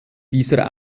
dieser